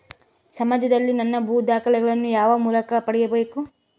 ಸಮಾಜದಲ್ಲಿ ನನ್ನ ಭೂ ದಾಖಲೆಗಳನ್ನು ಯಾವ ಮೂಲಕ ಪಡೆಯಬೇಕು?